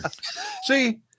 See